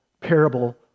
parable